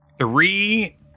three